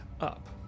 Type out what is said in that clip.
up